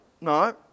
no